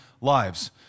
lives